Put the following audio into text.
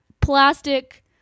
plastic